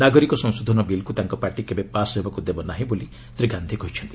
ନାଗରିକ ସଂଶୋଧନ ବିଲ୍କୁ ତାଙ୍କ ପାର୍ଟି କେବେ ପାସ୍ ହେବାକୁ ଦେବ ନାହିଁ ବୋଲି ଶ୍ରୀ ଗାନ୍ଧି କହିଛନ୍ତି